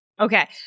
Okay